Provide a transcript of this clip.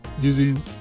using